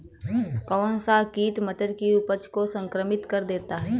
कौन सा कीट मटर की उपज को संक्रमित कर देता है?